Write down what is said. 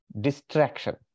distraction